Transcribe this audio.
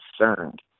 concerned